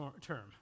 term